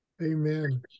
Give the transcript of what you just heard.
Amen